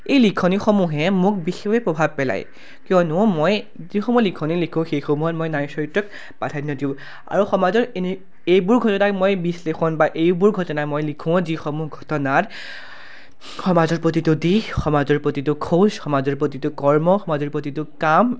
এই লিখনিসমূহে মোক বিশেষভাৱে প্ৰভাৱ পেলায় কিয়নো মই যিসমূহ লিখনি লিখোঁ সেইসমূহত মই নাৰী চৰিত্ৰক প্ৰাধান্য দিওঁ আৰু সমাজৰ এনে এইবোৰ ঘটনাক মই বিশ্লেষণ বা এইবোৰ ঘটনাই মই লিখোঁ যিসমূহ ঘটনাত সমাজৰ প্ৰতিটো দিশ সমাজৰ প্ৰতিটো খোজ সমাজৰ প্ৰতিটো কৰ্ম সমাজৰ প্ৰতিটো কাম